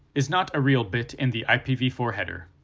is not a real bit in the i p v four header.